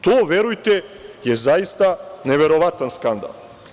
To, verujte, je zaista neverovatan skandal.